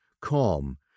calm